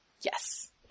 Yes